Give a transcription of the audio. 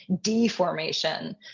deformation